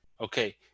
okay